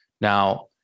Now